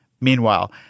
Meanwhile